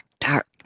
dark